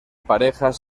parejas